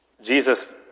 Jesus